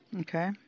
Okay